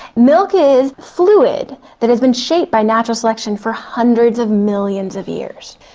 milk is fluid that has been shaped by natural selection for hundreds of millions of years.